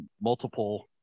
multiple